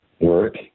work